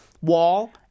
Wall